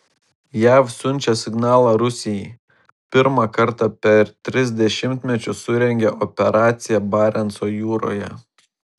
jav siunčia signalą rusijai pirmą kartą per tris dešimtmečius surengė operaciją barenco jūroje